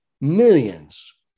millions